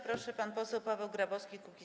Proszę, pan poseł Paweł Grabowski, Kukiz’15.